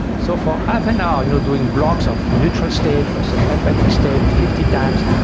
so for half an hour you know doing blocks of neutral state versus empathy states, fifty times,